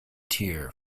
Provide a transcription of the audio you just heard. tear